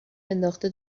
انداخته